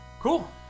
cool